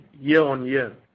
year-on-year